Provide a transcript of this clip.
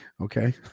Okay